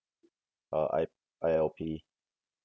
uh I~ I_O_P